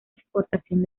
exportación